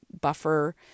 buffer